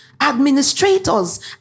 administrators